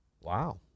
Wow